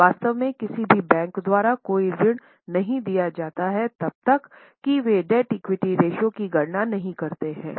वास्तव में किसी भी बैंक द्वारा कोई ऋण नहीं दिया जाता है जब तक कि वे डेब्ट इक्विटी रेश्यो की गणना नहीं करते हैं